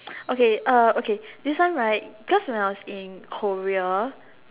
okay okay this one right because when I was in Korea